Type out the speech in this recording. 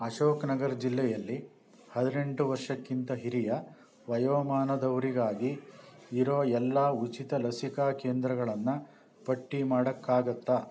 ಅಶೋಕ್ ನಗರ್ ಜಿಲ್ಲೆಯಲ್ಲಿ ಹದಿನೆಂಟು ವರ್ಷಕ್ಕಿಂತ ಹಿರಿಯ ವಯೋಮಾನದವರಿಗಾಗಿ ಇರೋ ಎಲ್ಲ ಉಚಿತ ಲಸಿಕಾ ಕೇಂದ್ರಗಳನ್ನು ಪಟ್ಟಿ ಮಾಡೋಕ್ಕಾಗತ್ತಾ